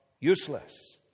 useless